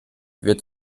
wird